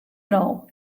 now